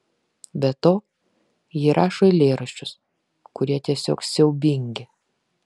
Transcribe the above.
be to ji rašo eilėraščius kurie tiesiog siaubingi